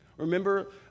Remember